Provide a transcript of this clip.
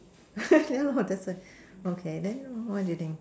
yeah lor that's why okay then what do you think